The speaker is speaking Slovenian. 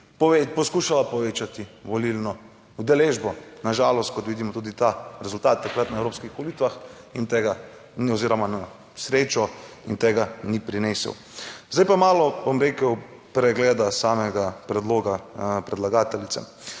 poskušala povečati volilno udeležbo. Na žalost, kot vidimo, tudi ta rezultat takrat na evropskih volitvah in tega ni oziroma na srečo in tega ni prinesel. Zdaj pa malo, bom rekel, pregleda samega predloga predlagateljice.